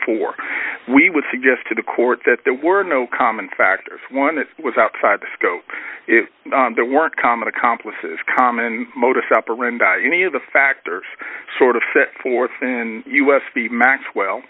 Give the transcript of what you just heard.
dollars we would suggest to the court that there were no common factors one that was outside the scope if the work common accomplices common modus operandi any of the factors sort of set forth in us the maxwell